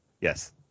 Yes